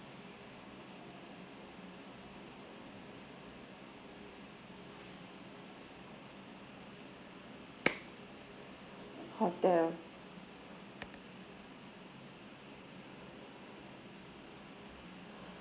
hotel